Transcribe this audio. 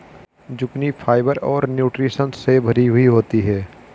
zucchini fibre और nutritions से भरी हुई होती है